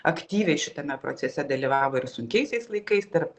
aktyviai šitame procese dalyvavo ir sunkiaisiais laikais tarp